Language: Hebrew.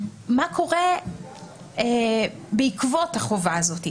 מה קורה בעקבות החובה הזאת?